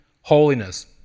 holiness